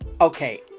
okay